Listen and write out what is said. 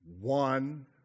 one